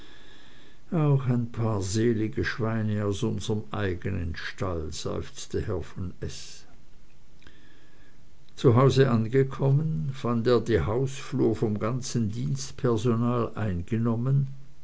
ein paar selige schweine aus unserm eigenen stall seufzte herr von s zu hause angekommen fand er die hausflur vom ganzen dienstpersonal eingenommen